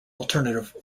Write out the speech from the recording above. alternative